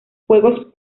juegos